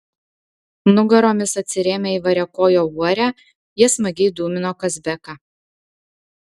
nugaromis atsirėmę į variakojo uorę jie smagiai dūmino kazbeką